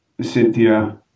Cynthia